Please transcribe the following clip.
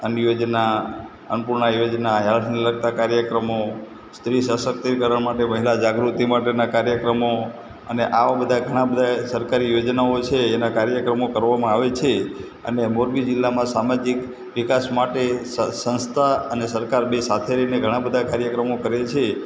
અન્ન યોજના અન્નપૂર્ણા યોજના હેલ્થને લગતા કાર્યક્રમો સ્ત્રી સશક્તિકરણ કરવા માટે મહિલા જાગૃતિ માટેના કાર્યક્રમો અને આવાં બધા ઘણા બધા ય સરકારી યોજનાઓ છે એના કાર્યક્રમો કરવામાં આવે છે અને મોરબી જિલ્લામાં સામાજિક વિકાસ માટે સ સંસ્થા અને સરકાર બે સાથે રહીને ઘણા બધા કાર્યક્રમો કરે છે